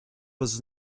was